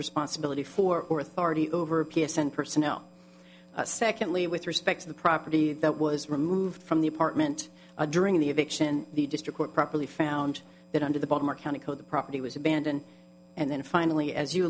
responsibility for or authority over p s n personnel secondly with respect to the property that was removed from the apartment during the eviction the district work properly found that under the baltimore county code the property was abandoned and then finally as you